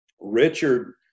Richard